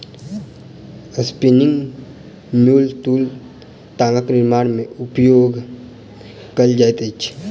spinning mule तूर सॅ तागक निर्माण में उपयोग कएल जाइत अछि